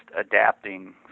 adapting